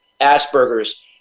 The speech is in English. Asperger's